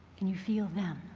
can you feel them?